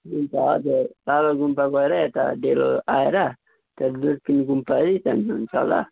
हुन्छ लाभा गुम्पा गएर यता डेलो आएर त्यहाँदेखि दुर्पिन गुम्पै जानुहुन्छ होला